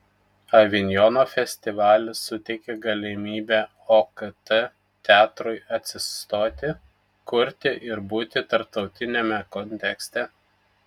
avinjono festivalis suteikė galimybę okt teatrui atsistoti kurti ir būti tarptautiniame kontekste